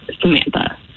Samantha